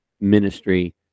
ministry